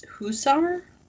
Hussar